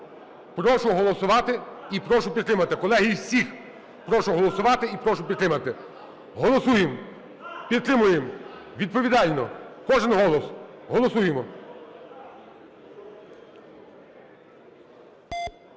Прошу голосувати і прошу підтримати. Колеги, всіх прошу голосувати і прошу підтримати. Голосуємо, підтримуємо відповідально кожен голос, голосуємо.